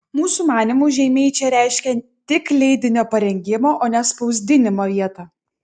mūsų manymu žeimiai čia reiškia tik leidinio parengimo o ne spausdinimo vietą